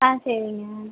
ஆ சரிங்க